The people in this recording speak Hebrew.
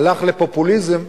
הלך לפופוליזם,